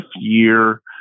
year